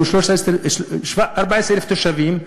שבו 14,000 תושבים,